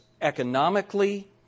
economically